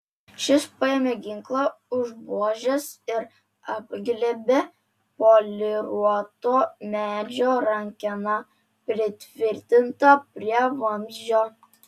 šis paėmė ginklą už buožės ir apglėbė poliruoto medžio rankeną pritvirtintą prie vamzdžio